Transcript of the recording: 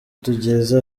tugeze